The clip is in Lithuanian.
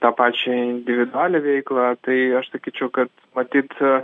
tą pačią individualią veiklą tai aš sakyčiau kad matyt